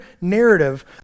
narrative